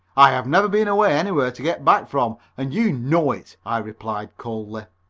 i have never been away anywhere to get back from, and you know it, i replied coldly.